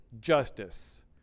justice